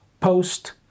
post